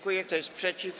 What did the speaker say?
Kto jest przeciw?